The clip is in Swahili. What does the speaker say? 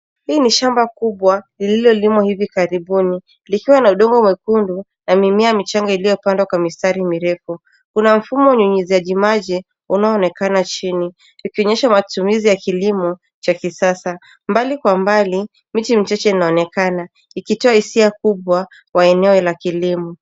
Hii ni shamba kubwa lililolimwa hivi karibuni likiwa na udongo mwekundu na mimea michanga iliyopandwa kwa mistari mirefu. Kuna mfumo unyunyiziaji maji unaonekana chini ikionyesha matumizi ya kilimo cha kisasa. Mbali kwa mbali michi michache inaonekana ikitoa hisia kubwa kwa eneo la kilimo.